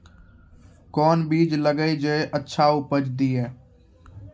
कोंन बीज लगैय जे अच्छा उपज दिये?